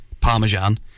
Parmesan